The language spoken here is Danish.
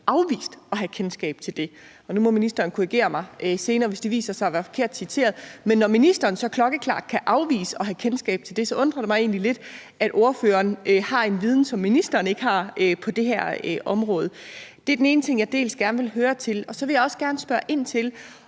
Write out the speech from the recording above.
afvist at have kendskab til det – og nu må ministeren korrigere mig senere, hvis det viser sig at være at forkert citeret. Men når ministeren så klokkeklart kan afvise at have kendskab til det, undrer det mig egentlig lidt, at ordføreren har en viden, som ministeren ikke har på det her område. Det er den ene ting, jeg gerne vil høre om. Så vi også gerne spørge ind til,